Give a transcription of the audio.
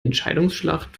entscheidungsschlacht